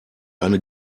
eine